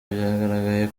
byagaragaye